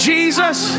Jesus